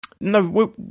no